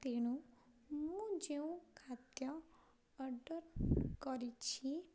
ତେଣୁ ମୁଁ ଯେଉଁ ଖାଦ୍ୟ ଅର୍ଡ଼ର୍ କରିଛି